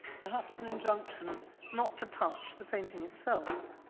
perhaps an injunction not to touch the painting itself.